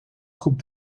groep